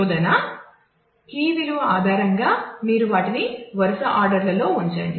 శోధన కీ విలువ ఆధారంగా మీరు వాటిని వరుస ఆర్డర్లలో ఉంచండి